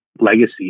legacy